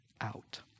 out